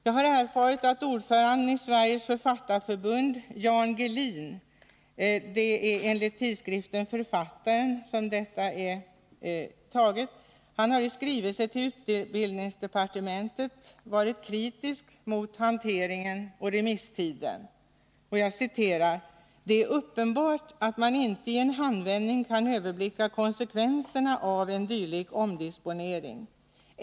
Jag har erfarit att ordföranden i Sveriges författarförbund, Jan Gehlin, enligt tidskriften Författaren i skrivelse till utbildningsdepartementet varit kritisk mot hanteringen och remisstiden: ”Det är uppenbart att man inte i en handvändning kan överblicka konsekvenserna av en dylik omdisponering.